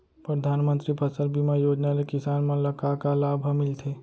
परधानमंतरी फसल बीमा योजना ले किसान मन ला का का लाभ ह मिलथे?